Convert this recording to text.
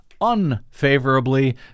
unfavorably